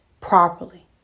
properly